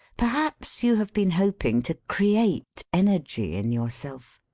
perhaps you have been hoping to create energy in yourself.